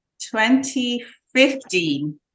2015